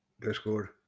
Discord